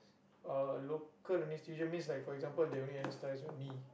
uh local anaesthesia means that like for example they only anaesthise your knee